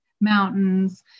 mountains